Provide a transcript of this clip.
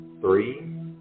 three